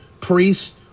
priests